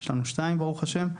יש לנו שניים ברוך השם,